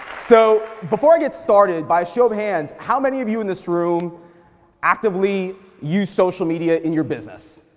so before i get started, by a show of hands, how many of you in this room actively use social media in your business?